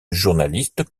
journaliste